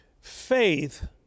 Faith